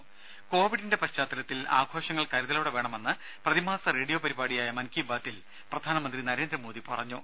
രുഭ കോവിഡിന്റെ പശ്ചാത്തലത്തിൽ ആഘോഷങ്ങൾ കരുതലോടെ വേണമെന്ന് പ്രതിമാസ റേഡിയോ പരിപാടിയായ മൻകീ ബാതിൽ പ്രധാനമന്ത്രി നരേന്ദ്രമോദി പറഞ്ഞു